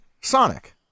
Sonic